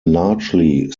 largely